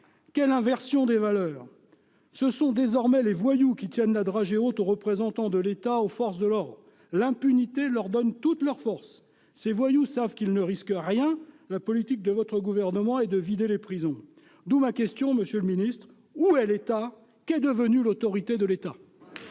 Quelle inversion des valeurs ! Ce sont désormais les voyous qui tiennent la dragée haute aux représentants de l'État, aux forces de l'ordre. L'impunité leur donne toute leur force. Ces voyous savent qu'ils ne risquent rien : la politique de votre gouvernement est de vider les prisons. Monsieur le ministre, où est l'État ? Qu'est devenue l'autorité de l'État ?